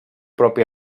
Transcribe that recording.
propi